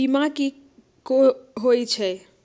बीमा कि होई छई?